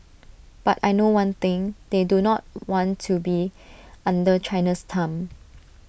but I know one thing they do not want to be under China's thumb